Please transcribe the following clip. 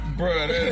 bruh